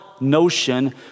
notion